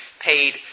paid